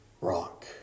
rock